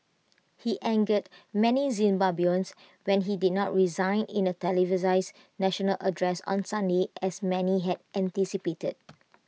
he angered many Zimbabweans when he did not resign in A televised national address on Sunday as many had anticipated